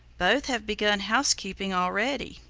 both have begun housekeeping already.